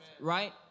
right